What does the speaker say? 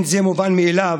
זה לא מובן מאליו